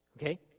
okay